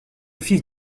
fils